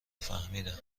فهمیدم